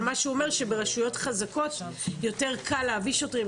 אבל הוא אומר שברשויות חזקות יותר קל להביא שוטרים,